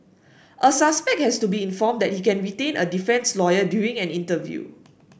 a suspect has to be informed that he can retain a defence lawyer during an interview